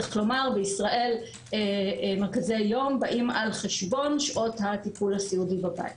צריך לומר שבישראל מרכזי יום באים על חשבון שעות הטיפול הסיעודי בבית.